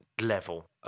level